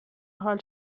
حال